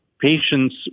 patients